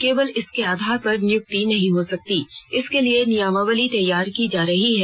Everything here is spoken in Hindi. केवल इसके आधार पर नियुक्ति नहीं हो सकती इसके लिए नियमावली तैयार की जा रही है